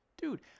Dude